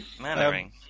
Mannering